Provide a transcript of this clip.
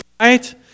right